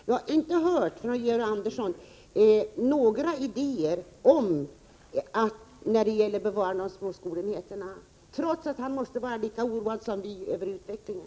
Jag har inte hört Georg Andersson framföra några idéer när det gäller bevarande av de små skolenheterna — trots att han måste vara lika oroad som vi över utvecklingen.